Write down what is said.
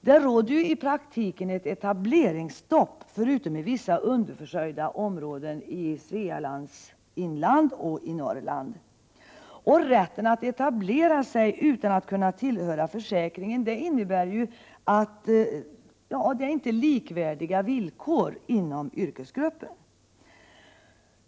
Det råder ju i praktiken, förutom i vissa underförsörjda områden i Svealands inland och i Norrland, ett etableringsstopp. Förhållandena vad gäller rätten att etablera sig utan att tillhöra försäkringen innebär ju att man inte har likvärdiga villkor inom yrkesgruppen.